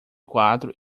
quatro